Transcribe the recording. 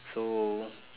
so